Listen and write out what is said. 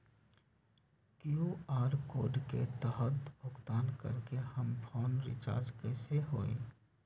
QR code के तहद भुगतान करके हम फोन रिचार्ज कैसे होई?